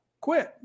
quit